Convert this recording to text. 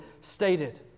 stated